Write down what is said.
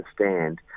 understand